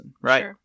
right